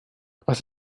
was